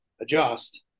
adjust